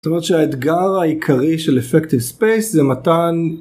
זאת אומרת שהאתגר העיקרי של Effective Space זה מתן...